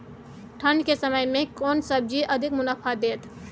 ठंढ के समय मे केना सब्जी अधिक मुनाफा दैत?